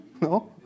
No